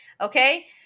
Okay